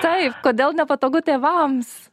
taip kodėl nepatogu tėvams